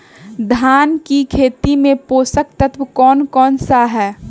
धान की खेती में पोषक तत्व कौन कौन सा है?